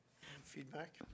feedback